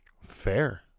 Fair